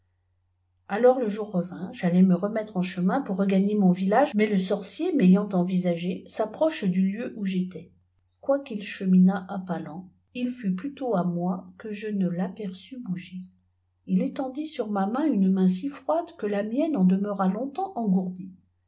alors le jour revint j'allais ma remettre en chemin pour regagner mon village mais le sorcier in'aysnt envisagé s approche du lieu où j'étais quoiqu'il cheminât à pas lents iliut plus tôt à moi que je ne l'aperçus éouger it étendit sur ma main une main si froide que la mienne en demeura longtemps engourdie